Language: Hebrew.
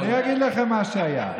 אני אגיד לכם מה היה: